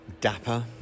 Dapper